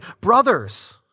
brothers